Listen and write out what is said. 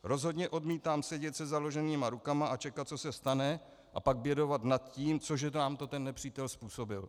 Rozhodně odmítám sedět se založenýma rukama a čekat, co se stane, a pak bědovat nad tím, co nám to ten nepřítel způsobil.